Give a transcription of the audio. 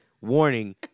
warning